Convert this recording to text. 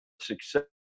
success